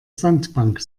sandbank